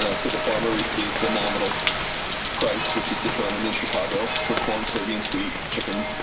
ah so the farmer receives a nominal price, which is determined in chicago for corn, soybeans, wheat, chicken,